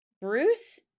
Bruce